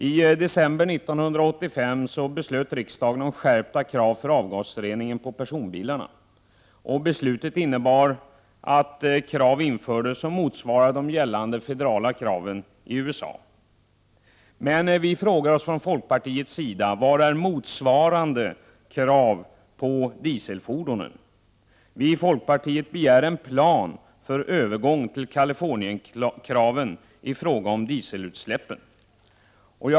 I december 1985 beslöt riksdagen om skärpta krav på avgasrening för personbilar. Beslutet innebar att krav infördes som motsvarar de gällande federala kraven i USA. Men vi frågar oss från folkpartiets sida: Var är motsvarande krav på dieselfordonen? Vi i folkpartiet begär en plan för övergång till Kalifornienkraven i fråga om dieselutsläppen.